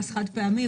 מס חד-פעמי,